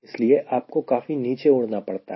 इसलिए आपको काफी नीचे उड़ना पड़ता है